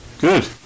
Good